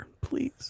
please